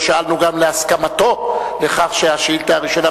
ואני מצטער שלא שאלנו גם להסכמתו לכך שהשאילתא הראשונה,